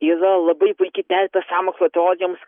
yra labai puiki terpė sąmokslo teorijoms